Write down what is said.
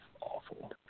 awful